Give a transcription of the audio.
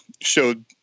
showed